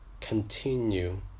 continue